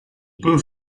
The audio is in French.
peut